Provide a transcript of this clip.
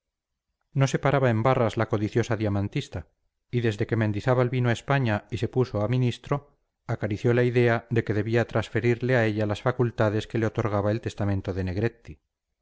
no se paraba en barras la codiciosa diamantista y desde que mendizábal vino a españa y se puso a ministro acarició la idea de que debía transferirle a ella las facultades que le otorgaba el testamento de negretti